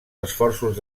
esforços